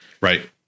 right